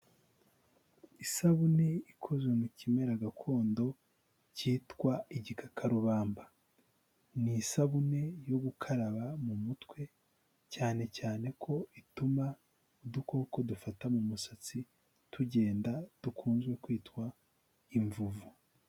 Isabune ikozezwe mu kimera gakondo kitwa igikakarubamba, ni isabune yo gukaraba mu mutwe cyane cyane ko ituma udukoko dufata mu musatsi tugenda dukunze kwitwa imvuvu.